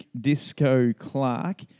Disco-Clark